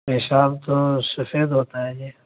پیشاب تو سفید ہوتا ہے جی